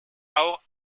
auch